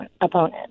opponent